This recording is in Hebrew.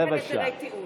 אין כאן הסדרי דיון.